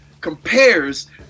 Compares